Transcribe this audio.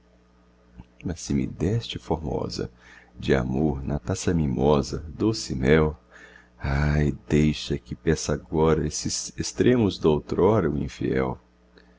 se me deste formosa de amor na taça mimosa doce mel ai deixa que peça agora esses extremos doutrora o infiel